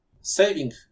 saving